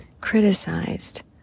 criticized